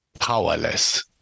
powerless